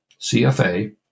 CFA